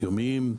יומיים.